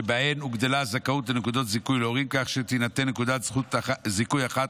שבהן הוגדלה הזכאות לנקודת זיכוי להורים כך שתינתן נקודת זיכוי אחת